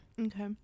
Okay